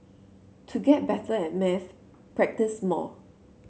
to get better at maths practise more